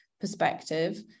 perspective